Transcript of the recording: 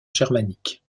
germanique